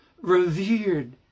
revered